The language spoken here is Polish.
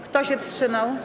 Kto się wstrzymał?